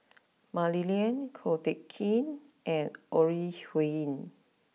Mah Li Lian Ko Teck Kin and Ore Huiying